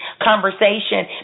conversation